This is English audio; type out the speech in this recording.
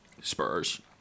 spurs